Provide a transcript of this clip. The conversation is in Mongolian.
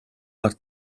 гар